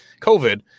COVID